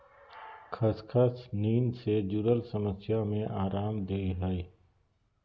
खसखस नींद से जुरल समस्या में अराम देय हइ